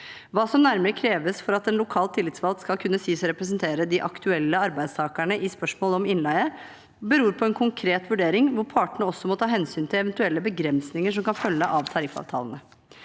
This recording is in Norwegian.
Hva som nærmere kreves for at en lokalt tillitsvalgt skal kunne sies å representere de aktuelle arbeidstakerne i spørsmål om innleie, beror på en konkret vurdering, hvor partene også må ta hensyn til eventuelle begrensninger som kan følge av tariffavtalene.